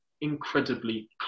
incredibly